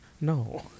No